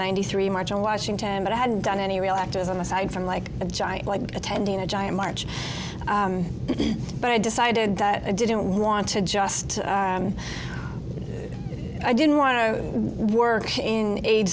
ninety three march on washington but i hadn't done any real act as an aside from like a giant like attending a giant march but i decided that i didn't want to just i didn't want to work in aid